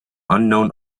unknown